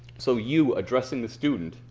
so you, addressing the student,